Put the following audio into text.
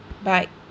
bye